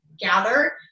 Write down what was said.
gather